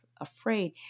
afraid